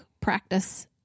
practice